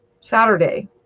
Saturday